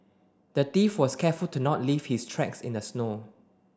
the thief was careful to not leave his tracks in the snow